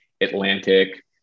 Atlantic